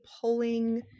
pulling